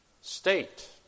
state